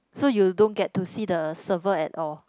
so you don't get to see the server at all